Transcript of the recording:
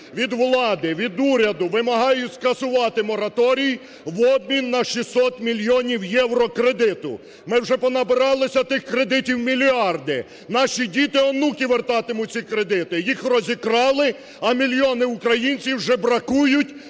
Від влади, від уряду вимагаю скасувати мораторій в обмін на 600 мільйонів євро кредиту, ми вже понабиралися тих кредитів мільярди, наші діти і онуки вертатимуть ці кредити, їх розікрали, а мільйони українців жебракують